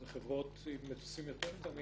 אלה חברות עם מטוסים יותר קטנים,